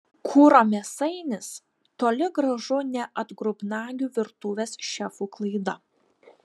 kuro mėsainis toli gražu ne atgrubnagių virtuvės šefų klaida